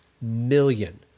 million